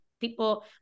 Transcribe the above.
people